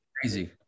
crazy